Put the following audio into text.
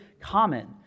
common